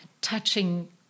touching